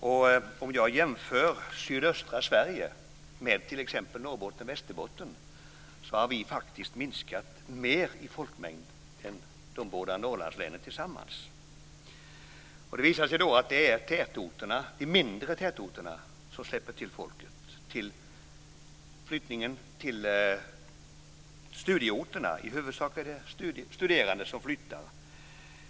När man jämför sydöstra Sverige med t.ex. Norrbotten och Västerbotten finner man att vi faktiskt har minskat mer i folkmängd än de båda Norrlandslänen tillsammans. Det visar sig att det är de mindre tätorterna som släpper ifrån sig dem som flyttar till studieorterna. Det är i huvudsak studerande som flyttar.